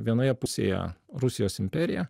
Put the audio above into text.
vienoje pusėje rusijos imperija